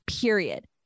period